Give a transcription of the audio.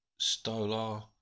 Stolar